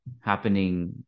happening